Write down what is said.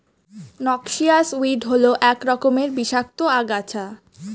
noxious weed হল এক রকমের বিষাক্ত আগাছা